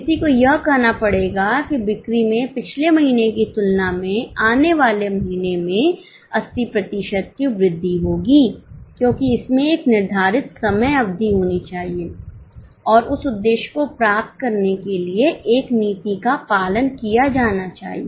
किसी को यह कहना पड़ेगा कि बिक्री में पिछले महीने की तुलना में आने वाले महीने में 80 प्रतिशत की वृद्धि होगी क्योंकि इसमें एक निर्धारित समय अवधि होनी चाहिए औरउस उद्देश्य को प्राप्त करने के लिए एक नीति का पालन किया जाना चाहिए